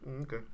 Okay